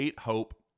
Hope